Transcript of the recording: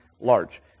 large